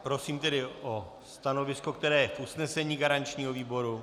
Prosím tedy o stanovisko, které je usnesení garančního výboru.